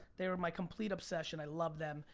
they are my complete obsession. i love them.